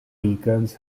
deacons